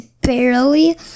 barely